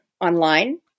online